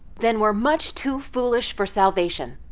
then we're much too foolish for salvation.